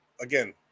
again